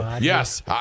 Yes